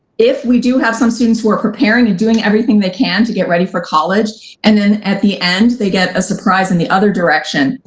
if we do have some students who are preparing and doing everything they can to get ready for college and then at the end, they get a surprise in the other direction.